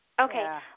Okay